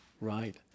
right